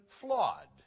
flawed